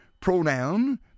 pronoun